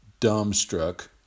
Dumbstruck